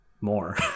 more